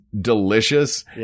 delicious